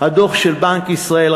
הדוח של בנק ישראל,